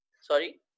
Sorry